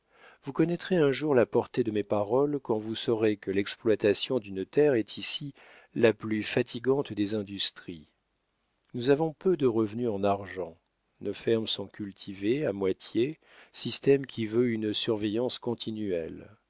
vous connaîtrez un jour la portée de mes paroles quand vous saurez que l'exploitation d'une terre est ici la plus fatigante des industries nous avons peu de revenus en argent nos fermes sont cultivées à moitié système qui veut une surveillance continuelle